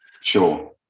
Sure